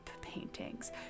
paintings